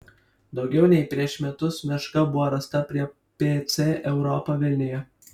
daugiau nei prieš metus meška buvo rasta prie pc europa vilniuje